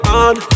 on